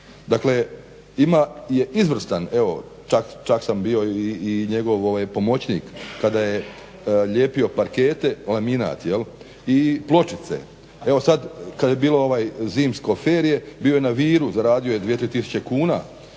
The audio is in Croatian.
dakle ima izvrstan, evo čak sam bio i njegov pomoćnik kada je lijepio parkete, laminat jel' i pločice. Evo sad kad je bilo ovo zimsko ferije bio je na Viru, zaradio je 2, 3 tisuće kuna